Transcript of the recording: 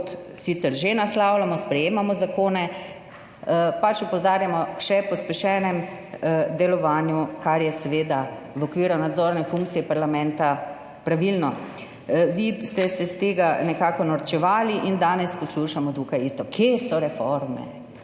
sicer že naslavljamo, sprejemamo zakone, opozarjamo še o pospešenem delovanju, kar je seveda pravilno v okviru nadzorne funkcije parlamenta. Vi ste se iz tega nekako norčevali in danes poslušamo tukaj isto. Kje so reforme?